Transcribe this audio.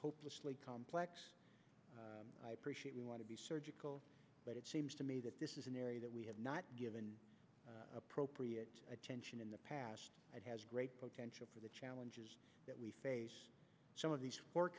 hopelessly complex i appreciate we want to be surgical but it seems to me that this is an area that we have not given appropriate attention in the past that has great potential for the challenges that we face some of these